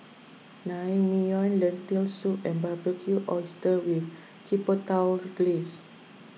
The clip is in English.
Naengmyeon Lentil Soup and Barbecued Oysters with Chipotle Glaze